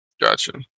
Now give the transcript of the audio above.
Gotcha